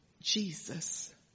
Jesus